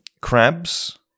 crabs